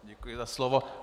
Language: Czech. Děkuji za slovo.